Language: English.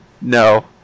No